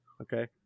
Okay